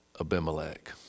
Abimelech